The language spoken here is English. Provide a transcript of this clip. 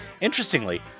Interestingly